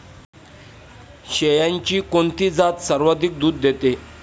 शेळ्यांची कोणती जात सर्वाधिक दूध देते?